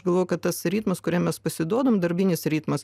galvojau kad tas ritmas kuriam mes pasiduodam darbinis ritmas